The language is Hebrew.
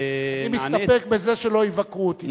אני מסתפק בזה שלא יבקרו אותי.